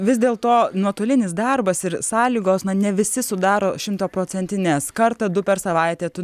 vis dėl to nuotolinis darbas ir sąlygos na ne visi sudaro šimtaprocentines kartą du per savaitę tu